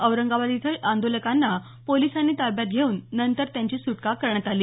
औरंगाबाद इथं आंदोलकांना पोलिसांनी ताब्यात घेऊन नंतर त्यांची सुटका करण्यात आली